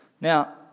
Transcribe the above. Now